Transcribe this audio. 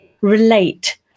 relate